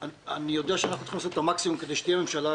אני יודע שאנחנו צריכים לעשות את המקסימום כדי שתהיה ממשלה,